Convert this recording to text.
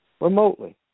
remotely